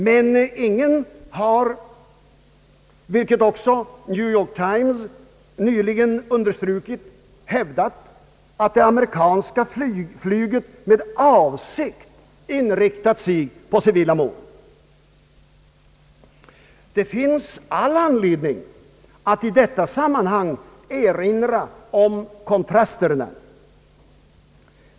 Men ingen har — vilket också New York Times nyligen har understrukit — hävdat, att det amerikanska flyget med avsikt har inriktat sig på civila mål. Det finns all anledning att i detta sammanhang erinra om kontrasterna.